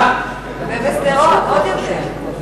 ובשדרות, עוד יותר.